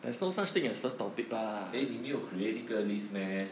eh 你没有 create 一个 list meh